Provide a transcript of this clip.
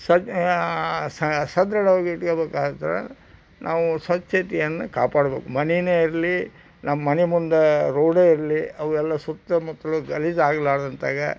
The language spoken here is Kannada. ಸದ್ ಸ ಸದೃಢವಾಗಿಟ್ಕಬೇಕಾದ್ರೆ ನಾವು ಸ್ವಚ್ಛತೆಯನ್ನು ಕಾಪಾಡಬೇಕು ಮನೆನೇ ಇರಲಿ ನಮ್ಮ ಮನೆ ಮುಂದೆ ರೋಡೇ ಇರಲಿ ಅವೆಲ್ಲ ಸುತ್ತಮುತ್ತಲು ಗಲೀಜಾಗ್ಲಾರ್ದಂತಾಗ